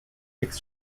kicks